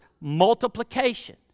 multiplication